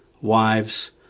wives